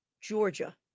Georgia